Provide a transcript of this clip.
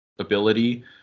ability